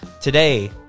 today